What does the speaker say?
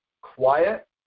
quiet